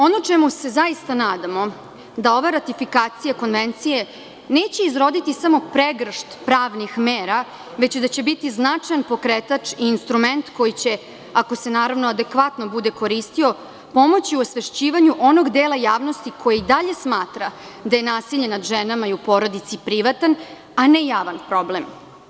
Ono čemu se zaista nadamo, da ova ratifikacija Konvencije neće izroditi samo pregršt pravnih mera, već da će biti značajan pokretač i instrument koji će, ako se, naravno, adekvatno bude koristio, pomoći u osvešćivanju onog dela javnosti koji i dalje smatra da je nasilje nad ženama i u porodici privatan a ne javan problem.